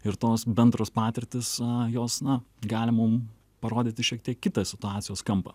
ir tos bendros patirtys jos na gali mum parodyti šiek tiek kitą situacijos kampą